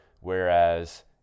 Whereas